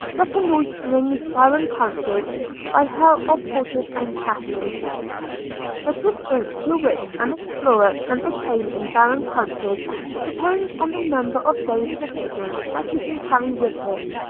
reconnoitring barren countries by help of porters and caches the distance to which an explorer can attain in barren countries depends on the number of days' provisions that he can carry with him.